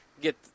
get